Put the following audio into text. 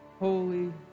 Holy